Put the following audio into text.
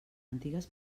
antigues